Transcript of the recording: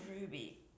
Ruby